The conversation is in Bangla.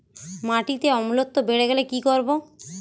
মাটিতে অম্লত্ব বেড়েগেলে কি করব?